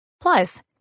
Plus